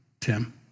Tim